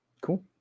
Cool